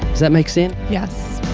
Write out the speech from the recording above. does that make sense? yes.